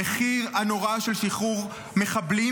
המחיר הנורא של שחרור מחבלים,